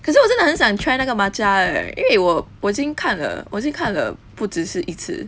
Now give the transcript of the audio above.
可是我真的很想 try 那个 matcha eh 因为我我经看了我经看了不只是一次